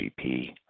GP